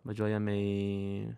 važiuojam į